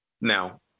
now